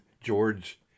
George